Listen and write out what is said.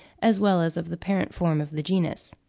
as well as of the parent-form of the genus.